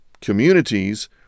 communities